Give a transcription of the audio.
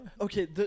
Okay